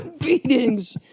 Beatings